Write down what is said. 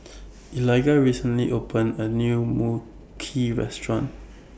Eligah recently opened A New Mui Kee Restaurant